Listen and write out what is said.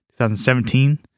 2017